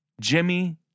Jimmy